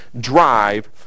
drive